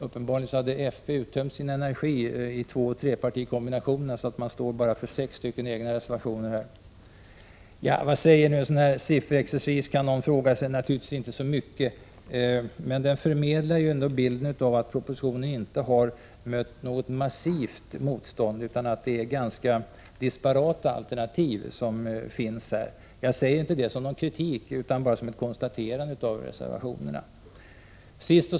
Uppenbarligen hade fp uttömt sin energi i tvåoch trepartikombinationerna, varför fp bara står för 6 egna reservationer. Nu kan man naturligtvis fråga sig vad en sådan här sifferexercis innebär. Inte så mycket, men den förmedlar ändå bilden av att propositionen inte har mött något massivt motstånd utan att det är ganska disparata alternativ. Jag säger inte detta som någon kritik utan bara som ett konstaterande när det gäller reservationerna.